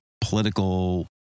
political